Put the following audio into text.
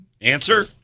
Answer